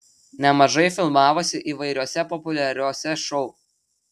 nemažai filmavosi įvairiuose populiariuose šou